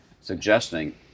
suggesting